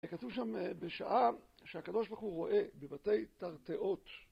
כתוב שם בשעה שהקדוש ברוך הוא רואה בבתי תרטאות